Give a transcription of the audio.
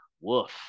woof